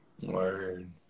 Word